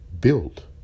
Built